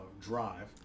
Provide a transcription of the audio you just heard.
drive